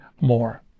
more